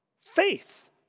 faith